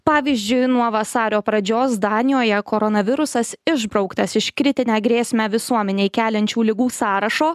pavyzdžiui nuo vasario pradžios danijoje koronavirusas išbrauktas iš kritinę grėsmę visuomenei keliančių ligų sąrašo